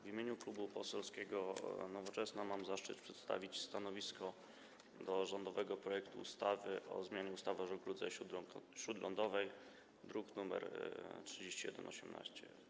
W imieniu Klubu Poselskiego Nowoczesna mam zaszczyt przedstawić stanowisko wobec rządowego projektu ustawy o zmianie ustawy o żegludze śródlądowej, druk nr 3118.